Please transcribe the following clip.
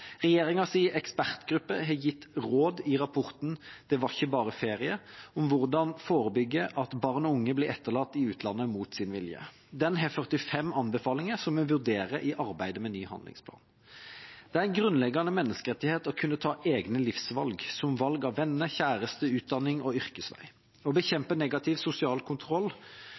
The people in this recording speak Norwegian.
ekspertgruppe har gitt råd i rapporten «Det var ikke bare ferie» om hvordan forebygge at barn og unge blir etterlatt i utlandet mot sin vilje. Den har 45 anbefalinger som vi vurderer i arbeidet med ny handlingsplan. Det er en grunnleggende menneskerettighet å kunne ta egne livsvalg, som valg av venner, kjæreste, utdanning og yrkesvei. Å bekjempe negativ sosial kontroll,